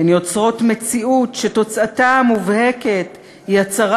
הן יוצרות מציאות שתוצאתה המובהקת היא הצרת